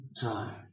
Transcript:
time